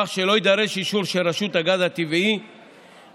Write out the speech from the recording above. כך שלא יידרש אישור של רשות הגז הטבעי במשרד